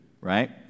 right